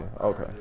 Okay